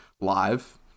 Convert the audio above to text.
live